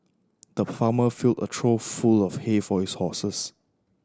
the farmer filled a trough full of hay for his horses